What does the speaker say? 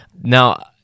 Now